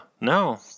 No